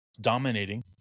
dominating